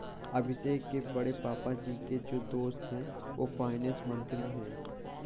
अभिषेक के बड़े पापा जी के जो दोस्त है वो फाइनेंस मंत्री है